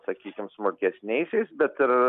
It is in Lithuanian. sakykim smulkesniaisiais bet ir